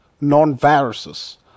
non-viruses